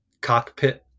cockpit